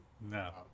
No